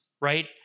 right